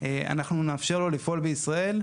ולא פועלים בישראל.